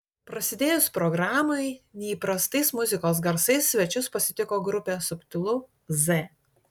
prasidėjus programai neįprastais muzikos garsais svečius pasitiko grupė subtilu z